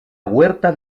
huerta